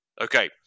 Okay